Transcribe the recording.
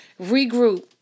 regroup